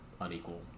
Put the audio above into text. unequal